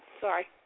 Sorry